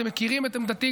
אתם מכירים את עמדתי,